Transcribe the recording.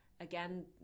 Again